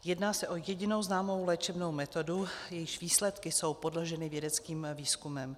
Jedná se o jedinou známou léčebnou metodu, jejíž výsledky jsou podloženy vědeckým výzkumem.